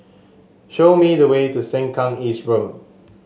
show me the way to Sengkang East Road